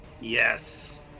yes